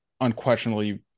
unquestionably